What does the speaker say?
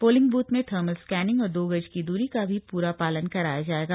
polling booth में thermal scanning और दो गज की द्री का भी प्रा पालन कराया जाएगा